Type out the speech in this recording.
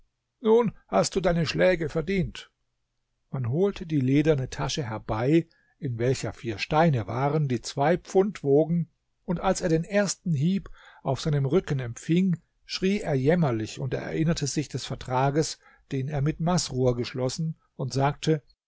nun hast du deine schläge verdient man holte die lederne tasche herbei in welcher vier steine waren die zwei pfund wogen und als er den ersten hieb auf seinem rücken empfing schrie er jämmerlich und erinnerte sich des vertrages den er mit masrur geschlossen und sagte